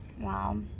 Wow